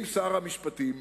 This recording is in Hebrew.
אם שר המשפטים,